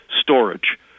storage